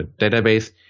database